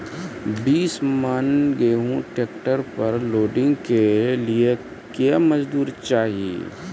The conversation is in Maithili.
बीस मन गेहूँ ट्रैक्टर पर लोडिंग के लिए क्या मजदूर चाहिए?